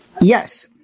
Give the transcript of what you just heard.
Yes